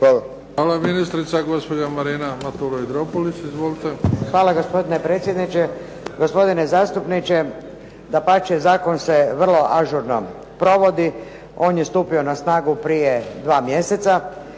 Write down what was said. **Matulović-Dropulić, Marina (HDZ)** Hvala gospodine predsjedniče, gospodine zastupniče. Dapače, zakon se vrlo ažurno provodi. On je stupio na snagu prije dva mjeseca.